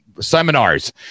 seminars